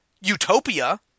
utopia